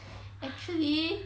actually